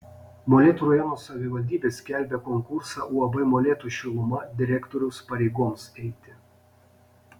molėtų rajono savivaldybė skelbia konkursą uab molėtų šiluma direktoriaus pareigoms eiti